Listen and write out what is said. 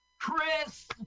Chris